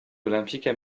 olympiques